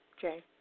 Jay